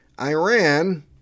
Iran